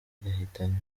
yahitanywe